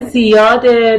زیاده